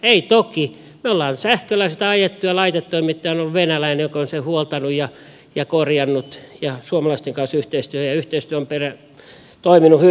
ei toki me olemme sähköllä sitä ajaneet ja laitetoimittaja on ollut venäläinen joka on sitä huoltanut ja korjannut ja suomalaisten kanssa yhteistyö on toiminut hyvin